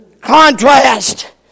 Contrast